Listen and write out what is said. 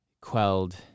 quelled